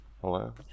Hello